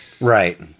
Right